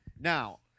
Now